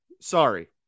sorry